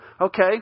okay